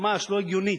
ממש לא הגיונית,